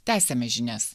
tęsiame žinias